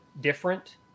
different